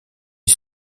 est